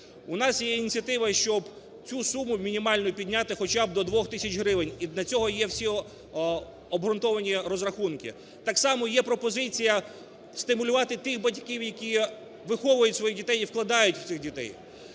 У нас є ініціатива, щоб цю суму мінімальну підняти хоча б до 2 тисяч гривень, і для цього є всі обґрунтовані розрахунки. Так само є пропозиція стимулювати тих батьків, які виховують своїх дітей і вкладають у цих дітей,